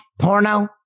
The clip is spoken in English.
porno